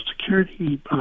Security